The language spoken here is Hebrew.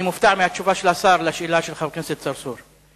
אני מופתע מהתשובה של השר לשאלה של חבר הכנסת צרצור.